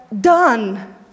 done